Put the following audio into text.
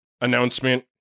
announcement